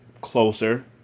closer